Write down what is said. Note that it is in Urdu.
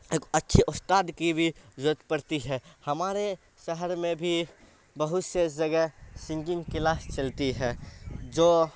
ایک اچھے استاد کی بھی ضرورتت پڑتی ہے ہمارے شہر میں بھی بہت سے جگہ سنگنگ کلاس چلتی ہے جو